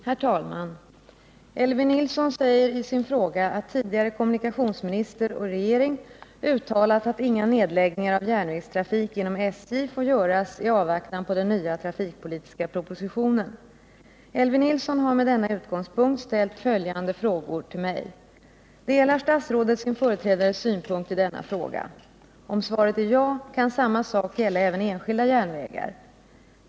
Herr talman! Elvy Nilsson säger i sin fråga att tidigare kommunikationsminister och regering uttalat att inga nedläggningar av järnvägstrafik inom SJ får göras i avvaktan på den nya trafikpolitiska propositionen. Elvy Nilsson har med denna utgångspunkt ställt följande frågor till mig: ”Delar statsrådet sin företrädares synpunkt i denna fråga? Om svaret är ja, kan samma sak gälla även enskilda järnvägar?